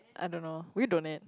I don't know will you donate